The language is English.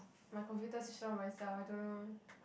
my computer switch on by itself I don't know